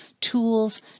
tools